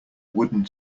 wooden